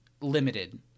limited